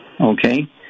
Okay